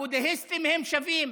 הבודהיסטים הם שווים.